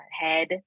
head